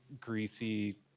greasy